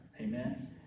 Amen